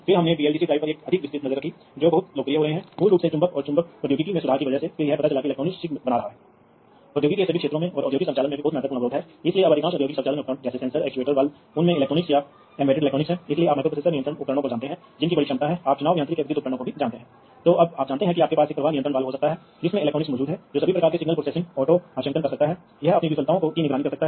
फिर नैदानिक जानकारी क्योंकि आपके पास है क्योंकि फील्डबस में क्योंकि आपके पास बुद्धिमान डिवाइस हैं इसलिए इन उपकरणों का मतलब है कि बुद्धिमान डिवाइस इन डिवाइसों को वास्तव में अपने स्वयं के संकेतों की जांच कर सकते हैं और वास्तव में यह समझने के लिए कंप्यूटिंग कर सकते हैं कि क्या डिवाइस अच्छी तरह से काम कर रहा है या नहीं ठीक से या नहीं या कुछ फाल्ट विकसित होते हैं